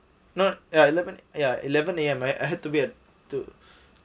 not uh eleven ya eleven A_< I I had to be at to